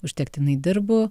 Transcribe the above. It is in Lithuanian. užtektinai dirbu